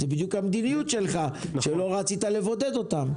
זה בדיוק המדיניות שלך שלא רצית לבודד אותם.